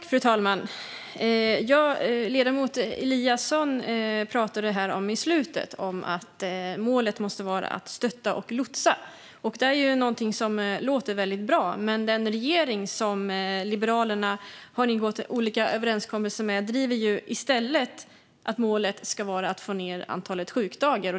Fru talman! Ledamoten Eliasson pratade här i slutet om att målet måste vara att stötta och lotsa. Det är ju någonting som låter väldigt bra, men den regering som Liberalerna har ingått olika överenskommelser med driver i stället att målet ska vara att få ned antalet sjukdagar.